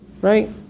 right